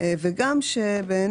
אני חושב שכשבאים